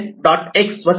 x व self